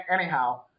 anyhow